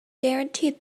guaranteed